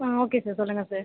ஆ okay sir சொல்லுங்கள் sir